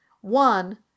One